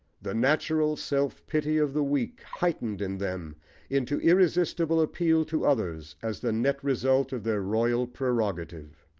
the natural self-pity of the weak heightened in them into irresistible appeal to others as the net result of their royal prerogative.